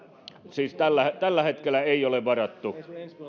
siis tällä tällä hetkellä ei ole varattu